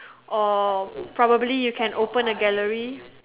or probably you can open a gallery